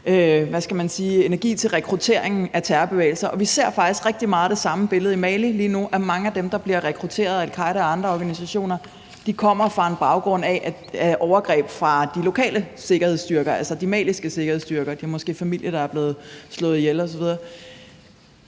energi til rekrutteringen til terrorbevægelser. Og vi ser faktisk rigtig meget det samme billede i Mali lige nu, nemlig at mange af dem, der bliver rekrutteret af al-Qaeda og andre organisationer, kommer fra en baggrund med overgreb fra de lokale sikkerhedsstyrker, altså de maliske sikkerhedsstyrker. De har måske familie, der er blevet slået ihjel osv.